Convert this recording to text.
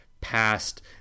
past